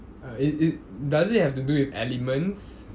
uh it it does it have to do with elements